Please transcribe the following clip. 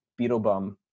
Beetlebum